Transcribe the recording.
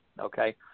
okay